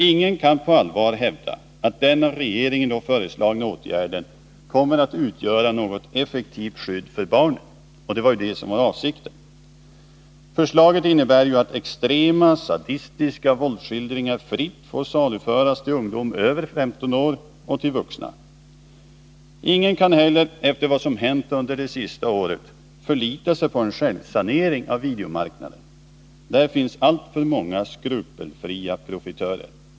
Ingen kan på allvar hävda att den av regeringen föreslagna åtgärden kommer att utgöra något effektivt skydd för barnen, vilket ju var avsikten. Förslaget innebär att extrema, sadistiska våldsskildringar fritt får saluföras till ungdom över 15 år och vuxna. Ingen kan heller efter vad som hänt under det senaste året förlita sig på en självsanering av videomarknaden. Där finns alltför många skrupelfria profitörer.